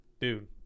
dude